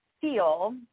feel